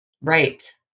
Right